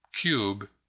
cube